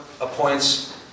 appoints